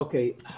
אוקיי.